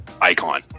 icon